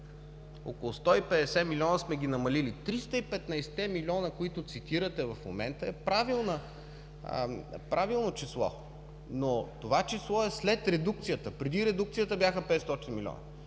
Около 150 милиона сме ги намалили! Триста и петнайсетте милиона, които цитирате в момента, е правилно число, но това число е след редукцията. Преди редукцията бяха 500 милиона.